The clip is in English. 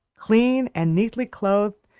clean and neatly clothed,